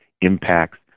impacts